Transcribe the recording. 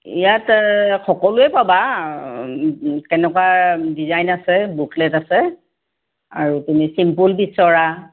ইয়াত সকলোৱে পাবা কেনেকুৱা ডিজাইন আছে বুকলেট আছে আৰু তুমি চিম্পুল বিচৰা